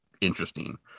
interesting